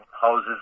houses